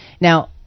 Now